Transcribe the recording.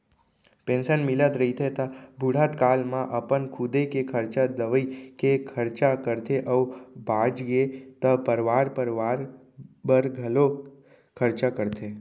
pension मिलत रहिथे त बुड़हत काल म अपन खुदे के खरचा, दवई के खरचा करथे अउ बाचगे त परवार परवार बर घलोक खरचा करथे